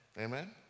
Amen